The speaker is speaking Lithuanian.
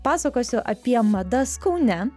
pasakosiu apie madas kaune